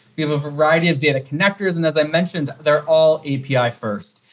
we have a variety of data connectors, and as i mentioned, they're all api first.